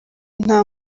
nta